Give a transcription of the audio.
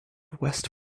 west